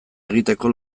egiteko